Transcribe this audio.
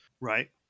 Right